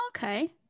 Okay